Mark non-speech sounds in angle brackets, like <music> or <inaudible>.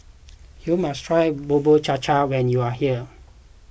<noise> you must try Bubur Cha Cha when you are here